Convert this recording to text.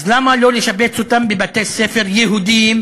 אז למה לא לשבץ אותם בבתי-ספר יהודיים?